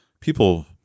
people